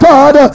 God